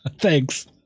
thanks